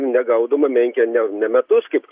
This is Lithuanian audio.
negaudoma menkė ne ne metus kaip